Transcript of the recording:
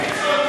טוב,